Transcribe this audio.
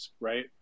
right